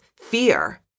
fear